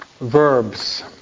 verbs